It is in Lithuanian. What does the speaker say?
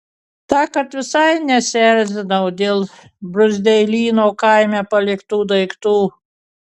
tąkart visai nesierzinau dėl bruzdeilyno kaime paliktų daiktų